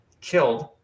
killed